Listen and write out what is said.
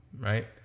right